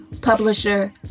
publisher